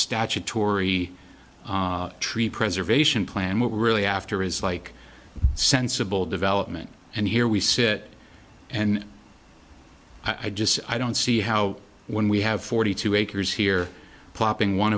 statutory tree preservation plan what we're really after is like sensible development and here we sit and i just i don't see how when we have forty two acres here plopping one